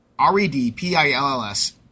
R-E-D-P-I-L-L-S